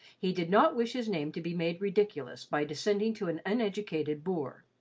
he did not wish his name to be made ridiculous by descending to an uneducated boor.